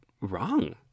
Wrong